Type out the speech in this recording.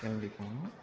கிளம்பி போனோம்